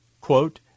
quote